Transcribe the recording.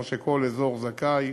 כמו שכל אזור זכאי,